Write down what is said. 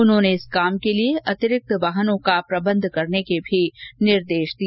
उन्होंने इस कार्य के लिए अतिरिक्त वाहनों के प्रबन्ध के भी निर्देश दिए